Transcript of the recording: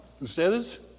¿Ustedes